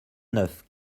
neuf